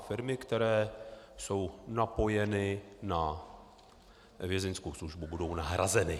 Firmy, které jsou napojeny na Vězeňskou službu, budou nahrazeny.